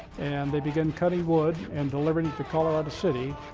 and they began cutting wood and delivering to colorado city.